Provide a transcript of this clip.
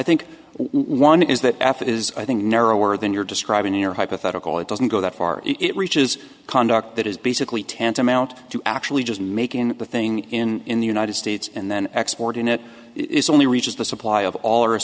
think one is that f it is i think narrower than your describing your hypothetical it doesn't go that far it reaches conduct that is basically tantamount to actually just making the thing in the united states and then export in it is only reaches the supply of all or a